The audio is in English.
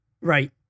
Right